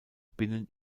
binnen